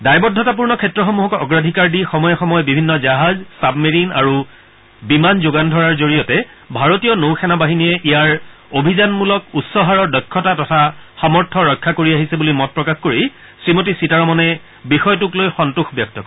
দায়বদ্ধতাপূৰ্ণ ক্ষেত্ৰসমূহক অগ্ৰাধিকাৰ দি সময়ে সময়ে বিভিন্ন জাহাজ চাবমেৰিণ আৰু বিমান যোগান ধৰাৰ জৰিয়তে ভাৰতীয় নৌ সেনা বাহিনীয়ে ইয়াৰ অভিযানমূলক উচ্চ হাৰৰ দক্ষতা তথা সামৰ্থ্য ৰক্ষা কৰি আহিছে বলি মত প্ৰকাশ কৰি শ্ৰীমতী সীতাৰমণে বিষয়টোক লৈ সন্তোষ ব্যক্ত কৰে